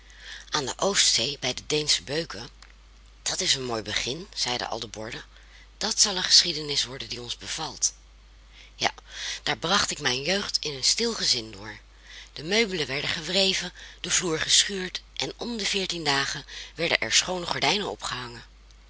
aan de oostzee bij de deensche beuken dat is een mooi begin zeiden al de borden dat zal een geschiedenis worden die ons bevalt ja daar bracht ik mijn jeugd in een stil gezin door de meubelen werden gewreven de vloer geschuurd en om de veertien dagen werden er schoone gordijnen opgehangen